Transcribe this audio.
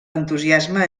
entusiasme